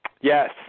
Yes